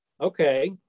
okay